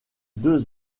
deux